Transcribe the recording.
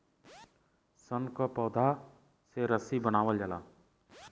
सन क पौधा से रस्सी बनावल जाला